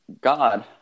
God